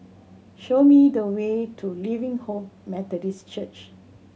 show me the way to Living Hope Methodist Church